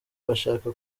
bashaka